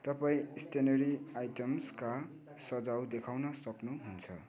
तपाईँ स्टेसनरी आइटम्सका सजावट देखाउन सक्नुहुन्छ